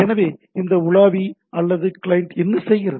எனவே இந்த உலாவி அல்லது கிளையண்ட் என்ன செய்கிறது